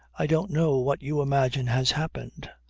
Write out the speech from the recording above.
i don't know what you imagine has happened.